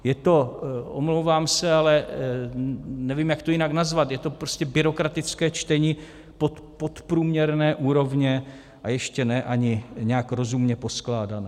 Je to omlouvám se, ale nevím, jak to jinak nazvat je to byrokratické čtení podprůměrné úrovně, a ještě ne ani nějak rozumně poskládané.